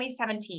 2017